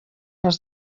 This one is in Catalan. als